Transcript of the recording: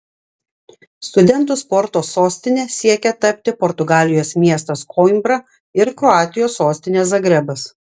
studentų sporto sostine siekia tapti portugalijos miestas koimbra ir kroatijos sostinė zagrebas